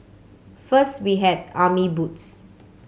first we had army boots